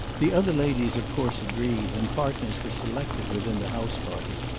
the other ladies of course agreed, and partners were selected within the house party.